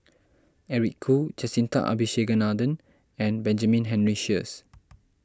Eric Khoo Jacintha Abisheganaden and Benjamin Henry Sheares